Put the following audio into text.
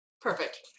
Perfect